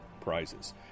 prizes